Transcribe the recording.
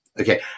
okay